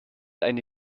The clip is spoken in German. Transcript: eine